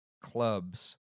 clubs